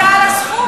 הייתה על הסכום,